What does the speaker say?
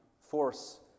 force